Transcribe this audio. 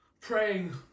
praying